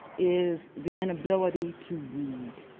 is the inability to read.